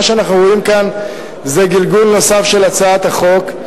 מה שאנחנו רואים כאן זה גלגול נוסף של הצעת החוק.